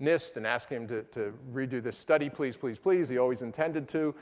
nist and asked him to to redo the study please, please, please. he always intended to.